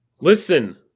Listen